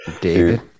David